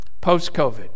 post-COVID